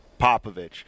Popovich